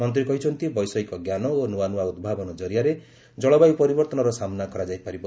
ମନ୍ତ୍ରୀ କହିଛନ୍ତି ବୈଷୟିକ ଜ୍ଞାନ ଓ ନୂଆନୂଆ ଉଭାବନ ଜରିଆରେ ଜଳବାୟୁ ପରିବର୍ତ୍ତନର ସାମ୍ବା କରାଯାଇ ପାରିବ